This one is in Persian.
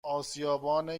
آسیابان